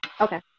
Okay